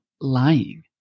lying